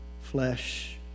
flesh